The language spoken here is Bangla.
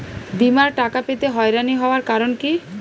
বিমার টাকা পেতে হয়রানি হওয়ার কারণ কি?